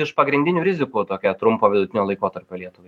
iš pagrindinių rizikų tokia trumpo vidutinio laikotarpio lietuvai